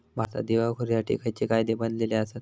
भारतात दिवाळखोरीसाठी खयचे कायदे बनलले आसत?